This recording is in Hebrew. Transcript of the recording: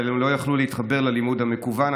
אבל הם לא יוכלו להתחבר ללימוד המקוון.